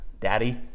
daddy